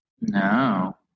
No